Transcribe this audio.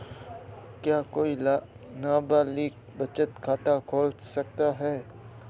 क्या कोई नाबालिग बचत खाता खोल सकता है?